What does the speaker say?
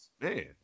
man